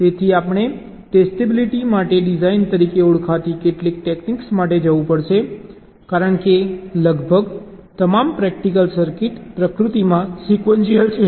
તેથી આપણે ટેસ્ટેબિલિટી માટે ડિઝાઇન તરીકે ઓળખાતી કેટલીક ટેક્નીક્સ માટે જવું પડશે કારણ કે લગભગ તમામ પ્રેક્ટિકલ સર્કિટ પ્રકૃતિમાં સિક્વેન્શિયલ છે